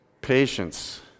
patience